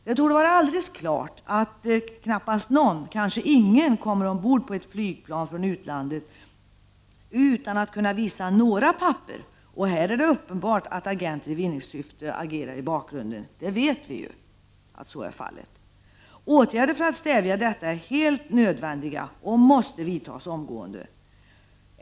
Det torde vara helt klart att ingen kommer ombord på ett flygplan från utlandet utan att kunna visa några papper, och här är det uppenbart att agenter i vinningssyfte agerar i bakgrunden. Åtgärder för att stävja detta är nödvändiga och måste vidtas omgående.